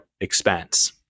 expense